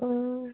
অঁ